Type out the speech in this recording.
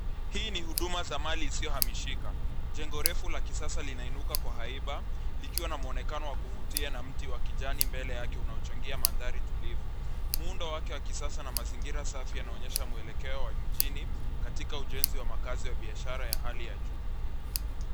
Hii ni huduma za mali isiyohamishika. Jengo refu la kisasa linainuka kwa haiba likiwa na mwonekano wa kuvutia na mti wakijani mbele yake unao changia mandhari tulivu. Muundo wake wa kisasa na mazingira safi yanaonyesha mwelekeo wa mjini katika ujenji wa makazi ya bishara ya hali ya juu.